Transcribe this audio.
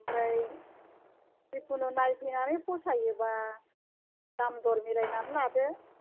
ओमफ्राय जेखुनु नायफैनानै फसाययोबा दाम दर मिलायनानै लादो